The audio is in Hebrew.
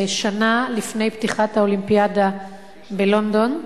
שנה לפני פתיחת האולימפיאדה בלונדון.